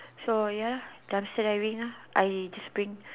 so ya lah dumpster diving lah I just bring